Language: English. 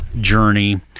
journey